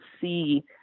see